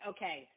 Okay